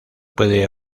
puede